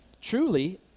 truly